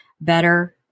better